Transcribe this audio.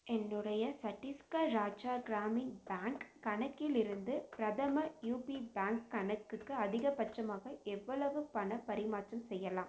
என்னுடைய சட்டீஸ்கர் ராஜா கிராமின் பேங்க் கணக்கிலிருந்து Prathama UP bank கணக்குக்கு அதிகபட்சமாக எவ்வளவு பணப்பரிமாற்றம் செய்யலாம்